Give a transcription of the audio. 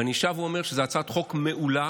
ואני שב ואומר שזו הצעת חוק מעולה.